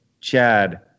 Chad